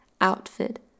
outfit